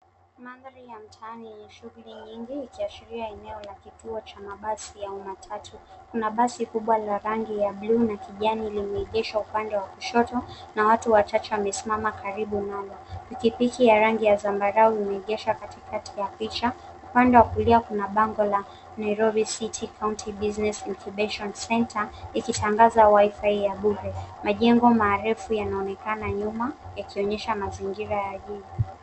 Mandhari ya mtaani yenye shughuli nyingi ikiashiria eneo ya kituo cha mabasi au matatu. Kuna basi kubwa la rangi ya bluu na kijani limeegeshwa upande wa kushoto na watu wachache wamesimama karibu nalo. Pikipiki ya rangi ya zambarau limeegeshwa katikati ya picha, kando ya kulia kuna bango la Nairobi City County Business Incubation Center ikitangaza Wi-Fi ya bure. Majengo marefu yanaonekana nyuma yakionyesha mazingira ya jiji.